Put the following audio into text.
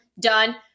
done